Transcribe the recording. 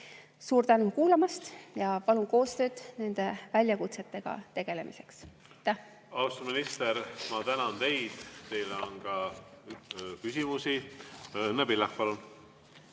Suur tänu kuulamast! Palun koostööd nende väljakutsetega tegelemiseks.